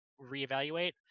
reevaluate